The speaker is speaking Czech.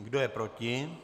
Kdo je proti?